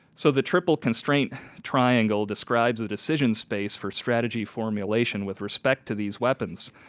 so the triple constraint triangle describes the decision space for strategy formulation with respect to these weapons.